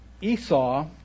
Esau